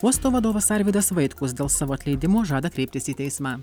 uosto vadovas arvydas vaitkus dėl savo atleidimo žada kreiptis į teismą